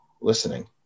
listening